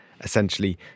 essentially